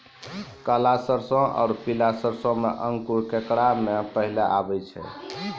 काला सरसो और पीला सरसो मे अंकुर केकरा मे पहले आबै छै?